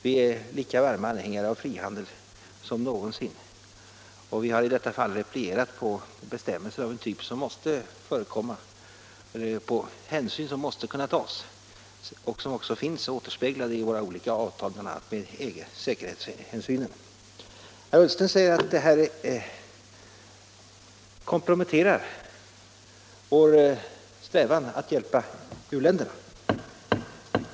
Vi är lika varma anhängare av frihandeln som någonsin. Vi har i det här fallet replierat på bestämmelser av en typ som måste förekomma och på hänsyn som måste kunna tas och som också finns återspeglade i våra olika avtal bl.a. med EG, nämligen säkerhetshänsynen. Herr Ullsten säger att detta beslut komprometterar vår strävan att hjälpa u-länderna.